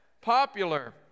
popular